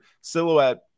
silhouette